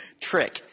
trick